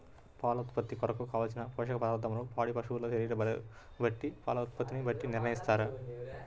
పాల ఉత్పత్తి కొరకు, కావలసిన పోషక పదార్ధములను పాడి పశువు శరీర బరువును బట్టి పాల ఉత్పత్తిని బట్టి నిర్ణయిస్తారా?